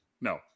No